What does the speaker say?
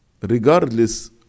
regardless